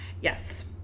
Yes